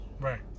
Right